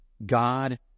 god